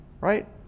right